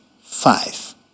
five